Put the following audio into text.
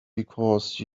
because